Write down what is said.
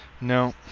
No